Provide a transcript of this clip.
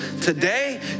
Today